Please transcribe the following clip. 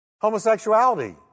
Homosexuality